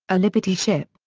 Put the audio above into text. a liberty ship,